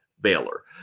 Baylor